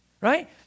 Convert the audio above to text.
right